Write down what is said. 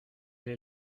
est